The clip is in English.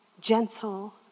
gentle